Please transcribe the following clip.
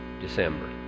December